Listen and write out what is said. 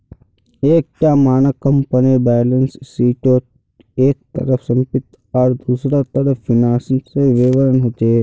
एक टा मानक कम्पनीर बैलेंस शीटोत एक तरफ सम्पति आर दुसरा तरफ फिनानासेर विवरण होचे